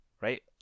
right